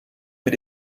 mit